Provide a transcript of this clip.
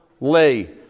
lay